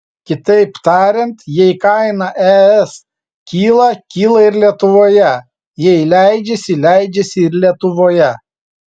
kitaip tariant jei kaina es kyla kyla ir lietuvoje jei leidžiasi leidžiasi ir lietuvoje